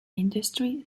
industry